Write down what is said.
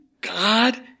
God